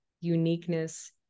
uniqueness